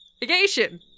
Navigation